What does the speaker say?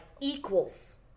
equals